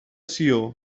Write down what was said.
sió